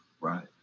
Right